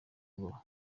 bubaho